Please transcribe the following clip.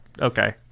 Okay